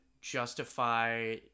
justify